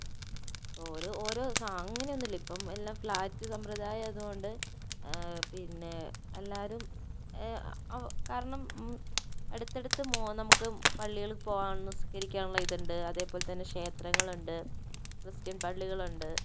ഓരോ ഓരോ സാ അങ്ങനെയൊന്നുമില്ല ഇപ്പം എല്ലാം ഫ്ലാറ്റ് സമ്പ്രദായമായതു കൊണ്ട് പിന്നെ എല്ലാവരും കാരണം അടുത്തടുത്ത് മോ നമുക്ക് പള്ളികളിൽ പോകാം നിസ്ക്കരിക്കാനുള്ള ഇതുണ്ട് അതേപോലെ തന്നെ ക്ഷേത്രങ്ങളുണ്ട് ക്രിസ്ത്യൻ പള്ളികളുണ്ട്